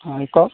হয় কওক